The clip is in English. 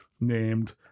Named